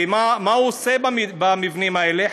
ומה הוא עושה במבנים האלה?